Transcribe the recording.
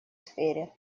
сфере